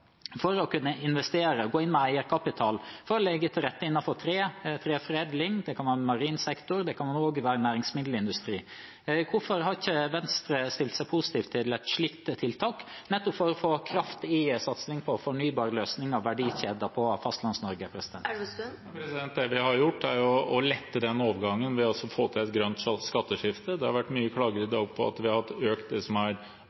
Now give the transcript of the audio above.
for å kunne investere, gå inn med eierkapital og legge til rette innenfor treforedling, marin sektor eller næringsmiddelindustrien. Hvorfor har ikke Venstre stilt seg positivt til et slikt tiltak nettopp for å få kraft i satsingen på fornybare løsninger og verdikjeder i Fastlands-Norge? Det vi har gjort, er å lette den overgangen ved å få til et grønt skatteskifte. Det har vært mye klage i dag på at vi har økt avgiftene i Norge med 7 mrd. kr. Det er